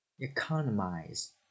Economize